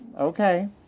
Okay